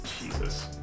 Jesus